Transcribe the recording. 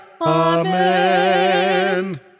Amen